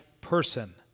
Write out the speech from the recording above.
person